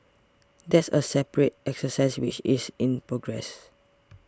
that's a separate exercise which is in progress